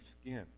skin